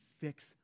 fix